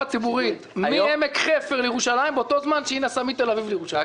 ציבורית מעמק חפר לירושלים באותו זמן שהיא נסעה מתל אביב לירושלים.